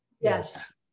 yes